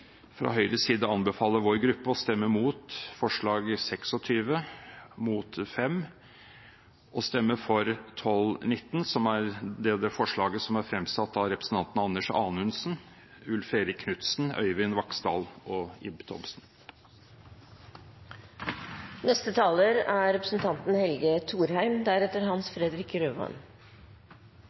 fra Høyres side anbefaler vår gruppe å stemme mot forslag nr. 26, mot forslag nr. 5 og for forslag nr. 19, forslaget som er fremmet av representantene Anders Anundsen, Ulf Erik Knudsen, Øyvind Vaksdal og Ib Thomsen.